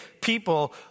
people